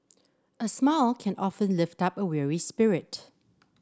a smile can often lift up a weary spirit